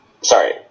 Sorry